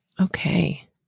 Okay